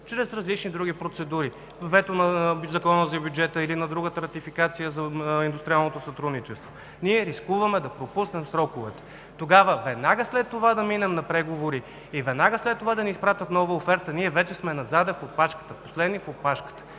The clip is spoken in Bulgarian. чрез различни други процедури – вето на Закона за бюджета или на другата ратификация за индустриалното сътрудничество – ние рискуваме да пропуснем сроковете и веднага след това да минем на преговори и да ни изпратят нова оферта, ние вече сме назад в опашката, последни в опашката,